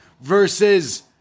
versus